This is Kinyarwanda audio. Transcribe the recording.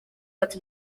wacu